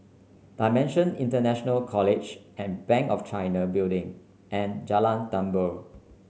Dimension International College and Bank of China Building and Jalan Tambur